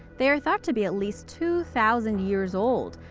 they are thought to be at least two thousand years old,